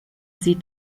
sie